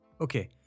Okay